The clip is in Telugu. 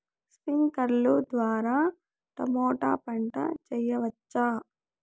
స్ప్రింక్లర్లు ద్వారా టమోటా పంట చేయవచ్చా?